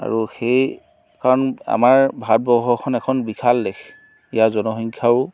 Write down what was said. আৰু সেইখন আমাৰ ভাৰতবৰ্ষ এখন বিশাল দেশ ইয়াৰ জনসংখ্যাও